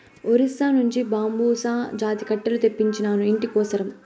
ఒరిస్సా నుంచి బాంబుసా జాతి కట్టెలు తెప్పించినాను, ఇంటి కోసరం